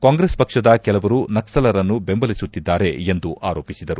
ಕಾಂಗ್ರೆಸ್ ಪಕ್ಷದ ಕೆಲವರು ನಕ್ಲಲರನ್ನು ಬೆಂಬಲಿಸುತ್ತಿದ್ದಾರೆ ಎಂದು ಆರೋಪಿಸಿದರು